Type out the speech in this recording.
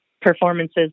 performances